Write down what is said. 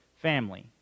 family